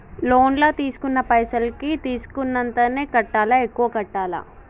Loan లా తీస్కున్న పైసల్ కి తీస్కున్నంతనే కట్టాలా? ఎక్కువ కట్టాలా?